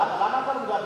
למה אתה לא מדבר